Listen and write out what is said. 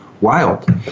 wild